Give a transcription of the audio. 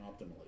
optimally